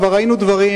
כבר ראינו דברים,